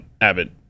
Abbott